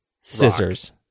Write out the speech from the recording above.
Scissors